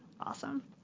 awesome